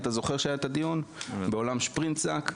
שהיה הדיון באולם שפרינצק?